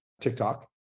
TikTok